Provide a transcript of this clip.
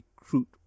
recruit